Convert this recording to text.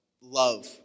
love